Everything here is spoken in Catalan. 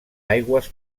aigües